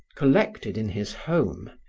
collected in his home,